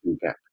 gap